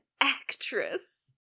actress